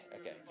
okay